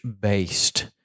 based